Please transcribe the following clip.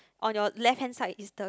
on your left hand side is the